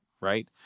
right